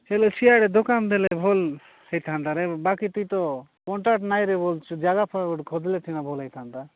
ହେଲେ ସିଆଡ଼େ ଦୋକାନ ଦେଲେ ଭଲ ହୋଇଥାନ୍ତାରେ ବାକି ତୁଇ ତ କଣ୍ଟାକ୍ଟ ନାଇଁରେ ବୋଲୁଛୁ ଜାଗା ଫାଗା ଖୋଜିଲେ ସିନା ଭଲ ହୋଇଥାନ୍ତା